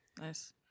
nice